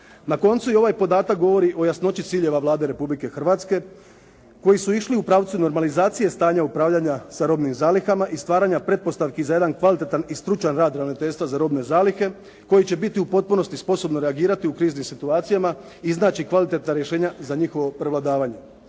Na koncu, i ovaj podatak govori o jasnoći ciljeva Vlade Republike Hrvatske koji su išli u pravcu normalizacije stanja upravljanja sa robnim zalihama i stvaranja pretpostavki za jedan kvalitetan i stručan rad Ravnateljstva za robne zalihe koji će biti u potpunosti sposobno reagirati u kriznim situacijama, iznaći kvalitetna rješenja za njihovo prevladavanje.